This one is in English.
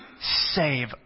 save